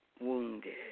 wounded